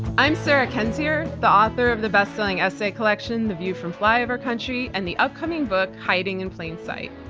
i'm sarah kendzior, the author of the bestselling essay collection, the view from flyover country, and the upcoming book, hiding in plain sight.